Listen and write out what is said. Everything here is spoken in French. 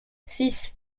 six